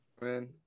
man